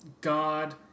God